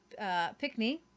Pickney